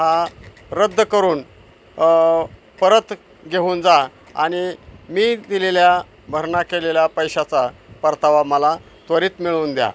हा रद्द करून परत घेऊन जा आणि मी दिलेल्या भरणा केलेल्या पैशाचा परतावा मला त्वरित मिळून द्या